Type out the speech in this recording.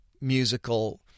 musical